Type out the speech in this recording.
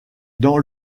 dans